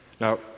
Now